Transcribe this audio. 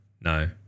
no